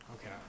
okay